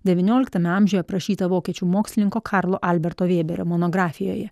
devynioliktame amžiuje aprašyta vokiečių mokslininko karlo alberto vėberio monografijoje